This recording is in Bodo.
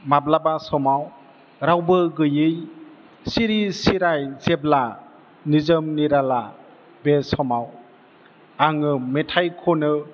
माब्लाबा समाव रावबो गैयै सिरि सिराय जेब्ला निजोम निराला बे समाव आङो मेथाइ खनो